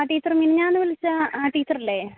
ആ ടീച്ചർ മിനിഞ്ഞാന്ന് വിളിച്ച ആ ടീച്ചർ അല്ലേ